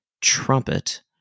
trumpet